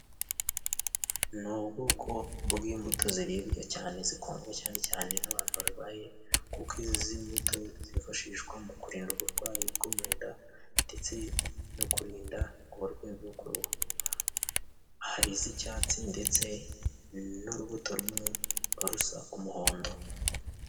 Ni ubwoko bw'imbuto ziribwa cyane, zikundwa cyane cyane n'abantu barwaye kuko izi mbuto zifashishwa mu kurinda uburwayi bwo mu nda ndetse no kurinda uburwayi bwo ku ruhu. Hari iz'icyatsi ndetse n'urubuto rumwe ruba rusa umuhondo.